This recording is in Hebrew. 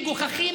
מגוחכים,